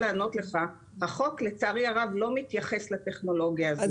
החוק לצערי הרב לא מתייחס לטכנולוגיה הזאת.